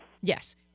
Yes